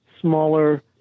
smaller